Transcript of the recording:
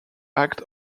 act